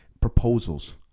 proposals